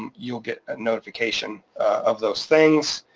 um you'll get a notification of those things.